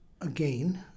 again